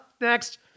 next